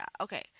Okay